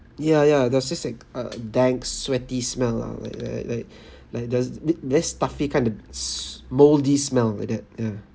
ya ya there was this like a dank sweaty smell lah like like like like there's th~ very stuffy kind of s~ mouldy smell like that ya